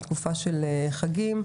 לתקופה של חגים.